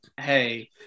Hey